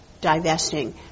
divesting